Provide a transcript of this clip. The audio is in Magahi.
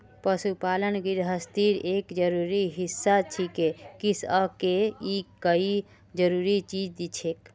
पशुपालन गिरहस्तीर एक जरूरी हिस्सा छिके किसअ के ई कई जरूरी चीज दिछेक